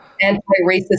anti-racist